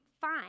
fine